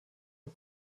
nur